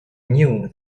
knew